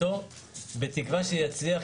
בתקווה שהוא יצליח.